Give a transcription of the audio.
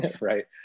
right